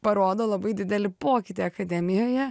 parodo labai didelį pokytį akademijoje